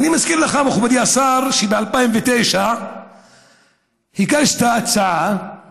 ואני מזכיר לך, מכובדי השר, שב-2009 הגשת הצעה